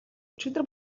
өчигдөр